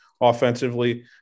offensively